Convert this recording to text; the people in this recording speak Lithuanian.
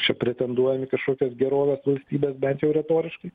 čia pretenduojam į kažkokias gerovės valstybes bent jau retoriškai